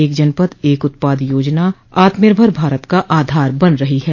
एक जनपद एक उत्पाद योजना आत्मनिर्भर भारत का आधार बन रही है